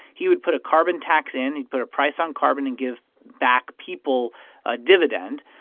he would put a carbon tax in. he'd put a price on carbon and give back people a dividend.